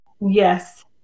Yes